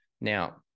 Now